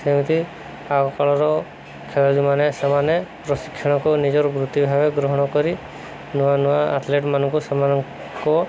ସେମିତି ଆଗକାଳର ଖେଳାଳୀମାନେ ସେମାନେ ପ୍ରଶିକ୍ଷଣକୁ ନିଜର ବୃତ୍ତି ଭାବେ ଗ୍ରହଣ କରି ନୂଆ ନୂଆ ଆଥଲେଟ୍ମାନଙ୍କୁ ସେମାନଙ୍କୁ